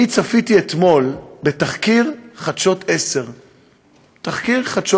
אני צפיתי אתמול בתחקיר חדשות 10. תחקיר חדשות